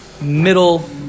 middle